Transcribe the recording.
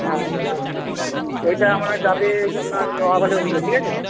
হ্যাঁ ওইটা আমার যাবে আপনার ওই দিকে ঠিক আছে